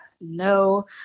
No